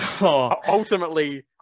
ultimately –